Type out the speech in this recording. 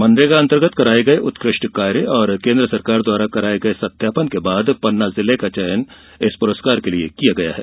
मनरेगा अन्तर्गत कराये गये उत्कृष्ट कार्य और केन्द्र सरकार द्वारा कराये गये सत्यापन के बाद जिले का चयन इस पुरूस्कार के लिये किया गया है